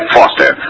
Foster